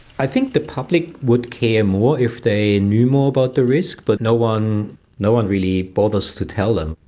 i think the public would care more if they knew more about the risk, but no one no one really bothers to tell them.